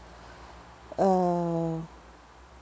uh